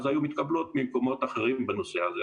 אז היו מתקבלות ממקומות אחרים בנושא הזה,